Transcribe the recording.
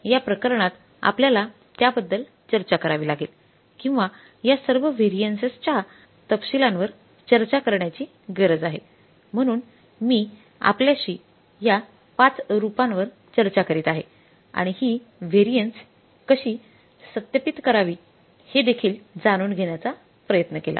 म्हणून या प्रकरणात आपल्याला त्याबद्दल चर्चा करावी लागेल किंवा या सर्व व्हॅरिन्ससच्या तपशीलांसह तपशीलवार चर्चा करण्याची गरज आहे म्हणून मी आपल्याशी या 5 रूपांवर चर्चा करीत आहे आणि ही व्हॅरिन्स कशी सत्यापित करावी हे देखील जाणून घेण्याचा प्रयत्न केला